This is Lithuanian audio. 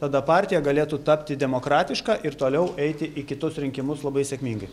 tada partija galėtų tapti demokratiška ir toliau eiti į kitus rinkimus labai sėkmingai